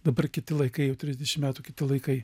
dabar kiti laikai jau trisdešim metų kiti laikai